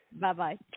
Bye-bye